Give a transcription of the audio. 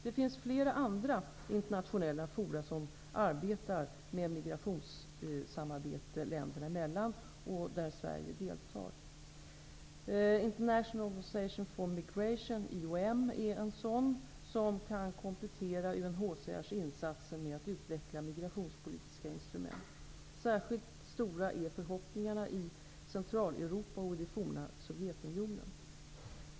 Det finns flera andra internationella fora som arbetar med migrationssamarbete länderna emellan och där Sverige deltar. International Organization for Migration, IOM, är en sådan, som kan komplettera UNHCR:s insatser med att utveckla migrationspolitiska instrument. Särskilt stora är förhoppningarna i Centraleuropa och i det fora Sovjetunionen.